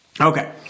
Okay